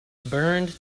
burned